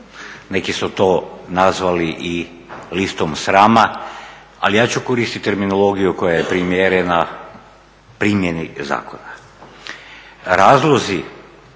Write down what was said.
Neki su to nazvali i listom srama, ali ja ću koristiti terminologiju koja je primjerena primjeni zakona.